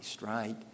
right